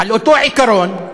על-פי אותו עיקרון,